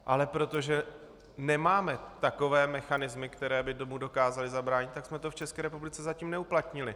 Ale protože nemáme takové mechanismy, které by tomu dokázaly zabránit, tak jsme to v České republice zatím neuplatnili.